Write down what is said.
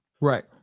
Right